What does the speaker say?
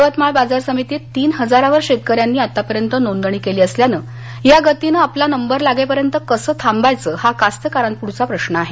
यवतमाळ बाजार समितीत तीन हजारावर शेतकऱ्यांनी आतापर्यंत नोंदणी केली असल्यानं या गतीनं आपला नंबर लागेपर्यंत कसं थांबायचं हा कास्तकारापुढचा प्रश्न आहे